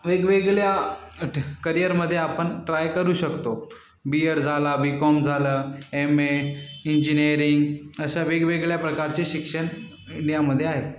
वेगवेगळ्या करियरमध्ये आपण ट्राय करू शकतो बी एड झाला बी कॉम झालं एम ए इंजिनिअरिंग अशा वेगवेगळ्या प्रकारचे शिक्षण इंडियामध्ये आहेत